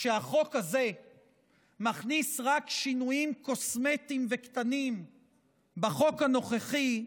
שהחוק הזה מכניס רק שינויים קוסמטיים וקטנים בחוק הנוכחי,